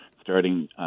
starting